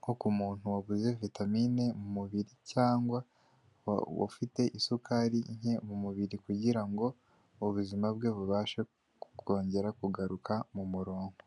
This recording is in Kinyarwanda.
nko ku kumu waguze vitamine mu mubiri cyangwa ufite isukari nke mu mubiri kugira ngo ubuzima bwe bubashe kongera kugaruka mu murongo.